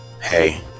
hey